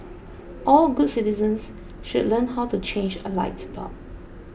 all good citizens should learn how to change a light bulb